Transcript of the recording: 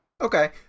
Okay